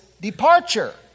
departure